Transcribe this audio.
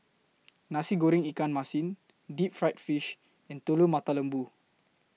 Nasi Goreng Ikan Masin Deep Fried Fish and Telur Mata Lembu